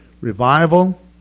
revival